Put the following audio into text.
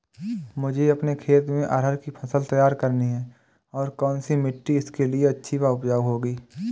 मुझे अपने खेत में अरहर की फसल तैयार करनी है और कौन सी मिट्टी इसके लिए अच्छी व उपजाऊ होगी?